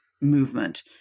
movement